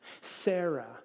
Sarah